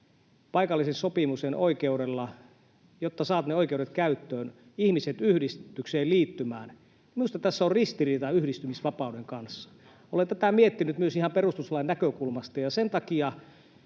ihmiset yhdistykseen liittymään, jotta he saavat ne oikeudet käyttöön, niin minusta tässä on ristiriita yhdistymisvapauden kanssa. Olen tätä miettinyt myös ihan perustuslain näkökulmasta. Sen takia